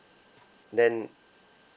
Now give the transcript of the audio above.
then